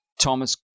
Thomas